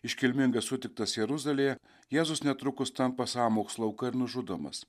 iškilmingai sutiktas jeruzalėje jėzus netrukus tampa sąmokslo auka ir nužudomas